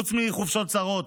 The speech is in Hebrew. חוץ מחופשות קצרות,